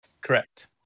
Correct